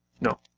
No